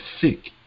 sick